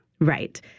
Right